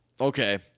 Okay